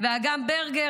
ואגם ברגר.